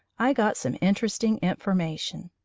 i got some interesting information.